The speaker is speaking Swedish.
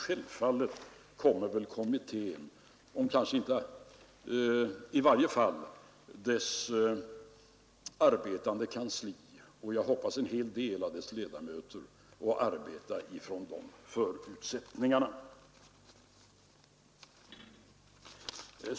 Självfallet kommer kommittén - dess kansli och, som jag hoppas, en hel del av dess ledamöter — att arbeta från de förutsättningarna.